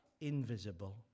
invisible